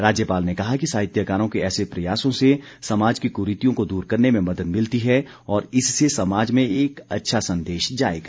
राज्यपाल ने कहा कि साहित्याकारों के ऐसे प्रयासों से समाज की कुरीतियों को दूर करने में मदद मिलती है और इससे समाज में एक अच्छा संदेश जाएगा